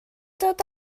dod